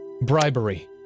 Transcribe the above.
bribery